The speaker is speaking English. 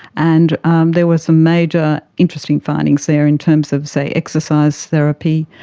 and um there were some major interesting findings there in terms of, say, exercise therapy,